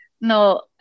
No